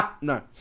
No